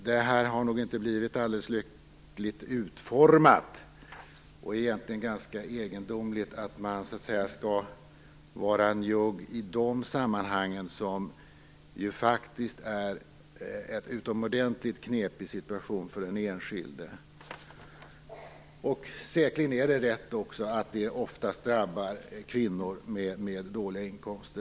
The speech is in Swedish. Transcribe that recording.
Det här har nog inte blivit alldeles lyckligt utformat, och det är ganska egendomligt att man skall vara njugg i de sammanhangen, som ju faktiskt är en utomordentligt knepig situation för den enskilde. Säkerligen är det också rätt att det oftast drabbar kvinnor med dåliga inkomster.